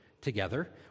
together